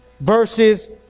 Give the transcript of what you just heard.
verses